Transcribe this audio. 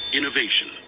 Innovation